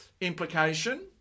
Implication